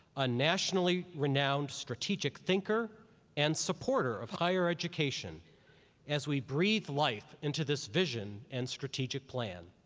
a nationally renowned strategic thinker and supporter of higher education as we breathe life into this vision and strategic plan.